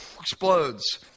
explodes